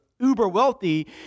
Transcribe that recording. uber-wealthy